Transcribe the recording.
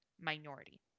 minority